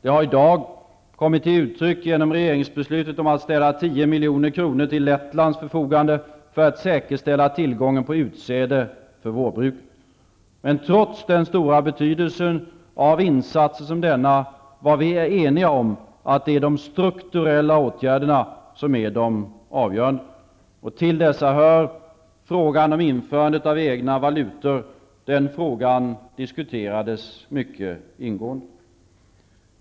Den har i dag kommit till uttryck genom regeringsbeslutet om att ställa 10 milj.kr. till Lettlands förfogande för att säkerställa tillgången på utsäde för vårbruket. Men trots den stora betydelsen av insatser som denna var vi eniga om att det är de strukturella åtgärderna som är de avgörande. Till dessa hör frågan om införandet av egna valutor. Denna fråga diskuterades mycket ingående.